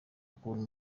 ukuntu